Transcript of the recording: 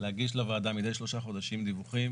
להגיש לוועדה מדי שלושה חודשים דיווחים